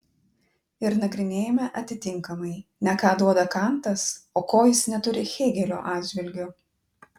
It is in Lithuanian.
ir nagrinėjame atitinkamai ne ką duoda kantas o ko jis neturi hėgelio atžvilgiu